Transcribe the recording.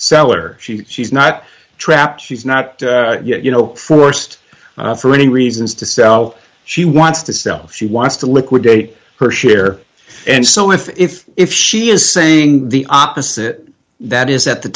seller she she's not trapped she's not you know forced for any reasons to sell she wants to sell she wants to liquidate her share and so if if if she is saying the opposite that is at the